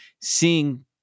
Seeing